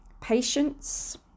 patience